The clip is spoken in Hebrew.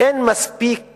אין מספיק